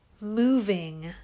moving